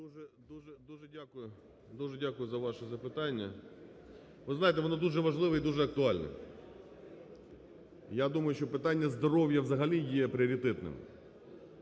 Дуже дякую за ваше запитання, ви знаєте, воно дуже важливе і дуже актуальне. Я думаю, що питання здоров'я взагалі є пріоритетним,